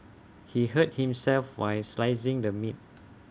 he hurt himself while slicing the meat